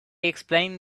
explained